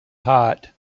hot